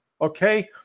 okay